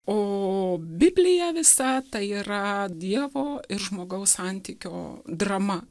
o biblija visa tai yra dievo ir žmogaus santykio drama